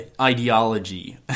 ideology